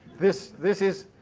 this this is,